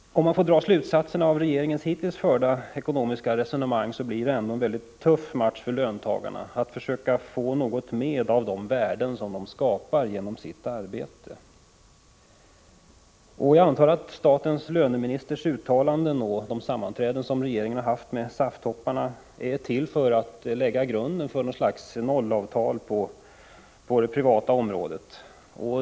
Om man får dra slutsatser av regeringens hittills förda ekonomiska resonemang, blir det ändå en mycket tuff match för löntagarna att försöka få något med av de värden som de skapar genom sitt arbete. Jag antar att statens löneministers uttalanden och de sammanträden som regeringen har haft med SAF-topparna är till för att lägga grunden för något slags nollavtal på det privata området.